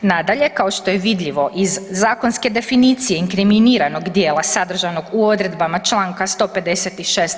Nadalje, kao što je vidljivo iz zakonske definicije inkriminiranog dijela sadržanog u odredbama Članka 156.